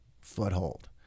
foothold